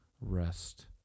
rest